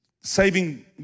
Saving